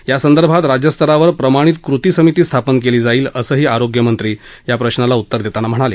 यासंदर्भात राज्यस्तरावर प्रमाणित कृती समिती स्थापन केली जाईल असही आरोग्यमंत्री या प्रशाला उत्तर देताना म्हणाले